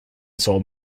sold